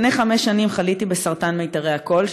לפני חמש שנים חליתי בסרטן מיתרי הקול,